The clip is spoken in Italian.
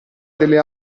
delle